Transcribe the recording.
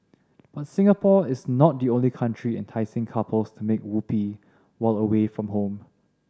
but Singapore is not the only country enticing couples to make whoopee while away from home